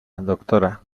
doctora